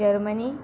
Germany